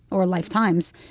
or lifetimes,